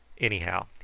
Anyhow